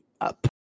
up